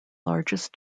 largest